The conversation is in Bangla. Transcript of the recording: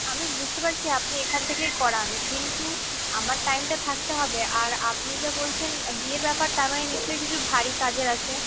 আমি বুঝতে পারছি আপনি এখান থেকেই করান কিন্তু আমার টাইমটা থাকতে হবে আর আপনি যা বলছেন বিয়ের ব্যাপারটা তার মানে নিশ্চয়ই কিছু ভারী কাজের আছে